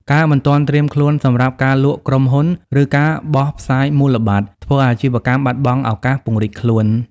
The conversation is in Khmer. ការមិនទាន់ត្រៀមខ្លួនសម្រាប់ "ការលក់ក្រុមហ៊ុន" ឬ "ការបោះផ្សាយមូលបត្រ" ធ្វើឱ្យអាជីវកម្មបាត់បង់ឱកាសពង្រីកខ្លួន។